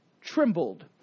trembled